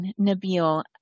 Nabil